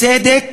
הצדק